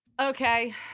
Okay